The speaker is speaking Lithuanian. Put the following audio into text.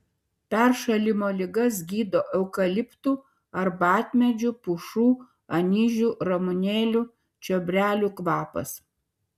peršalimo ligas gydo eukaliptų arbatmedžių pušų anyžių ramunėlių čiobrelių kvapas